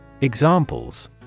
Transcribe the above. Examples